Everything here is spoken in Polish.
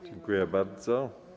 Dziękuję bardzo.